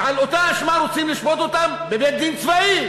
ועל אותה אשמה רוצים לשפוט אותם בבית-דין צבאי.